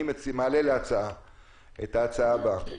אני מעלה את ההצעה הבאה,